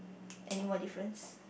any more difference